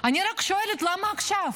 אני רק שואלת למה עכשיו.